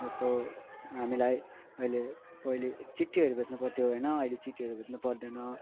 यस्तो हामीलाई अहिले पहिले चिट्ठीहरू भेज्नु पर्थ्यो होइन अहिले चिट्ठीहरू भेज्नु पर्दैन